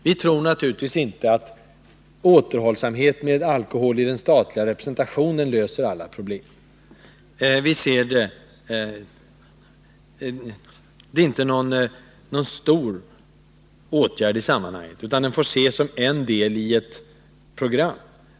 Vi tror naturligtvis inte att återhållsamhet med alkohol vid den statliga representationen löser alla problem. Det är inte någon stor åtgärd, utan måste ses som en del av ett större program.